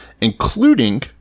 including